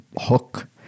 hook